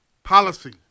Policy